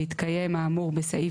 והתקיים האמור בסעיף